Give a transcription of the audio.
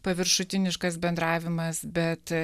paviršutiniškas bendravimas bet